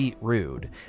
Rude